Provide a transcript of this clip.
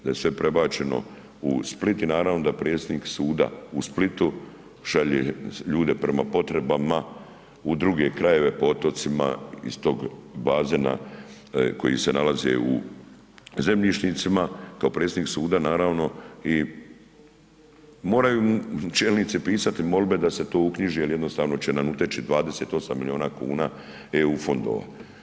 Da sve prebačeno u Split i naravno da predsjednik suda u Splitu šalje ljude prema potrebama u druge krajeve, po otocima iz toga bazena koji se nalazi u zemljišnicima, kao predsjednik suda naravno i moraju čelnici pisati molbe da se to uknjiži jer jednostavno će nam uteći 28 milijuna kuna EU fondova.